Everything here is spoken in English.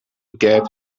get